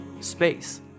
Space